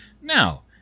now